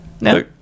No